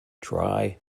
try